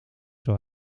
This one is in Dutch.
zal